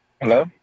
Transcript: Hello